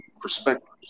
perspectives